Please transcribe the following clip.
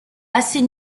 assez